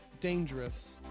dangerous